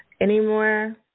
anymore